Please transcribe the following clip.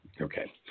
Okay